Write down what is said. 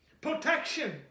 Protection